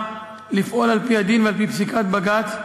לפעול על-פי הדין ועל-פי פסיקת בג"ץ,